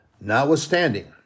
notwithstanding